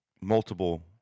multiple